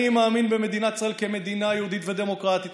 אני מאמין במדינת ישראל כמדינה יהודית ודמוקרטית,